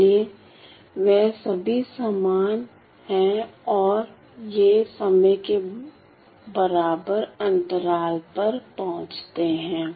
इसलिए वे सभी समान हैं और वे समय के बराबर अंतराल पर पहुंचते हैं